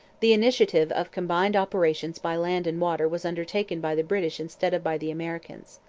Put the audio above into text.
the initiative of combined operations by land and water was undertaken by the british instead of by the americans.